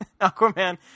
Aquaman